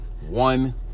one